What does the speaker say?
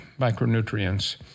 micronutrients